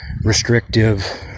restrictive